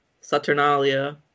Saturnalia